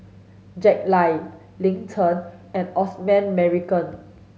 Jack Lai Lin Chen and Osman Merican